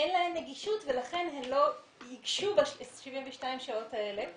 אין להן נגישות, ולכן הן לא ייגשו ב-72 שעות האלה.